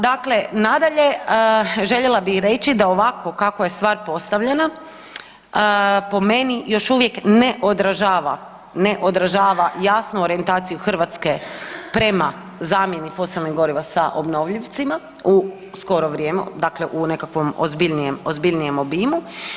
Dakle, nadalje željela bih reći da ovako kako je stvar postavljena po meni još uvijek ne odražava jasnu orijentaciju Hrvatske prema zamjeni fosilnih goriva sa obnovljivcima u skoro vrijeme, dakle u nekakvom ozbiljnijem obimu.